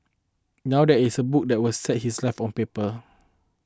now there is a book that will set his life on paper